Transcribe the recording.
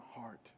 heart